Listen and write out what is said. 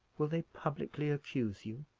will they publicly accuse you?